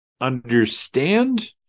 understand